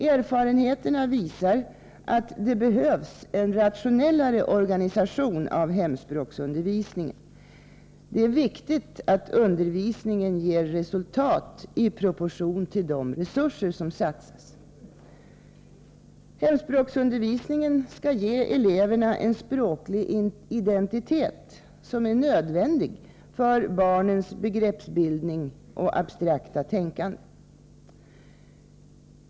Erfarenheterna visar att det behövs en rationellare organisation av hemspråksundervisningen. Det är viktigt att undervisningen ger resultat i proportion till de resurser som satsas. Hemspråksundervisningen skall ge eleverna en språklig identitet, som är nödvändig för barnens begreppsbildning och abstrakta tänkande.